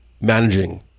managing